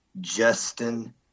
Justin